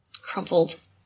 crumpled